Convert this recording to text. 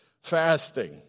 fasting